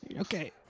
Okay